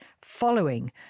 following